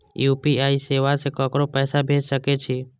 UPI सेवा से ककरो पैसा भेज सके छी?